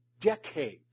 decades